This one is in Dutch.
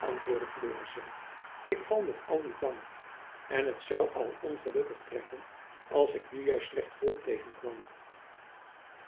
antwoordde florisz ik val nog al niet bang en het zoû al ongelukkig treffen als ik nu juist slecht volk tegenkwam